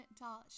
doll